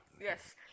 Yes